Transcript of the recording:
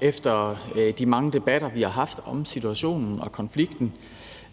Efter de mange debatter, vi har haft om situationen og konflikten